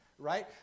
right